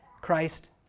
Christ